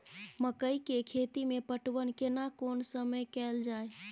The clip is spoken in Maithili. मकई के खेती मे पटवन केना कोन समय कैल जाय?